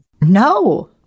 No